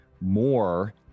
more